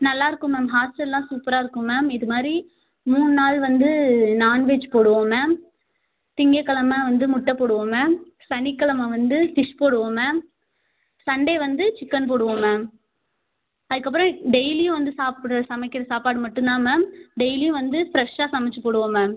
நல்லாயிருக்கும் மேம் ஹாஸ்டல்லாம் சூப்பராக இருக்கும் மேம் இது மாதிரி மூணு நாள் வந்து நான்வெஜ் போடுவோம் மேம் திங்கக்கெழமை வந்து முட்டை போடுவோம் மேம் சனிக்கெழமை வந்து ஃபிஷ் போடுவோம் மேம் சண்டே வந்து சிக்கன் போடுவோம் மேம் அதுக்கப்புறம் டெய்லியும் வந்து சாப்பிட்ற சமைக்கிற சாப்பாடு மட்டும் தான் மேம் டெய்லியும் வந்து ஃப்ரெஷ்ஷாக சமைத்து போடுவோம் மேம்